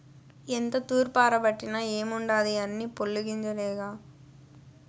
ఎంత తూర్పారబట్టిన ఏముండాది అన్నీ పొల్లు గింజలేగా